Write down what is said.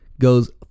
goes